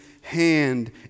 hand